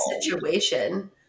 situation